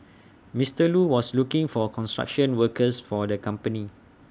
Mister Lu was looking for construction workers for the company